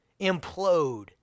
implode